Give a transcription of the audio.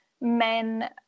men